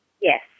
Yes